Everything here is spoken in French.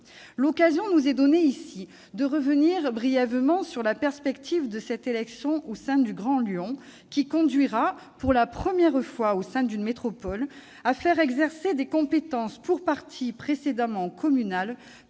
L'occasion nous est donnée de revenir brièvement sur la perspective de cette élection au sein du Grand Lyon, qui conduira, pour la première fois à l'intérieur d'une métropole, à faire exercer des compétences pour partie précédemment communales